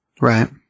Right